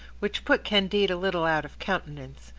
which put candide a little out of countenance,